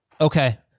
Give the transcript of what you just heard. Okay